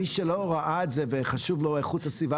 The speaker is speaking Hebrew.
מי שלא ראה את זה וחשובות לו איכות הסביבה